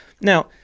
Now